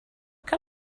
can